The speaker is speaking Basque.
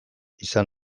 izan